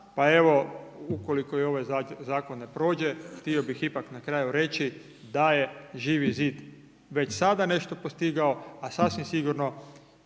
pa evo ukoliko i ovaj zakon ne prođe htio bih ipak na kraju reći da je Živi zid već sada nešto postigao a sasvim sigurno